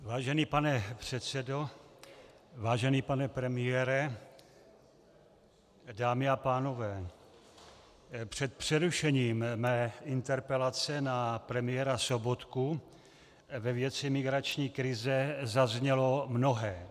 Vážený pane předsedo, vážený pane premiére, dámy a pánové, před přerušením mé interpelace na premiéra Sobotku ve věci migrační krize zaznělo mnohé.